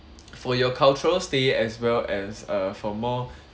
for your cultural stay as well as uh for more